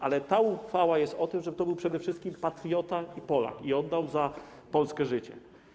Ale ta uchwała jest o tym, że to był przede wszystkim patriota i Polak i oddał za Polskę życie.